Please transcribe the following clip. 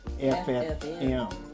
FFM